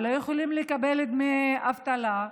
והם לא יכולים לקבל דמי אבטלה.